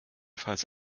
ggf